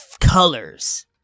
colors